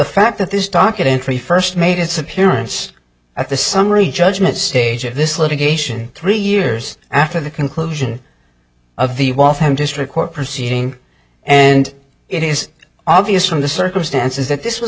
fact that this documentary first made its appearance at the summary judgment stage of this litigation three years after the conclusion of the waltham district court proceeding and it is obvious from the circumstances that this was